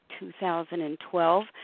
2012